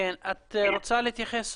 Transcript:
את רוצה להתייחס סוריא?